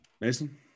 Mason